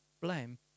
blame